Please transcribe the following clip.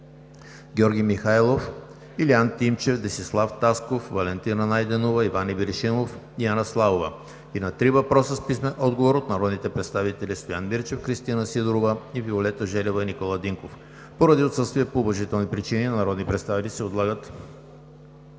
Поради отсъствие по уважителни причини на народни представители се отлагат